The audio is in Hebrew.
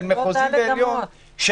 של מחוזי ועליון,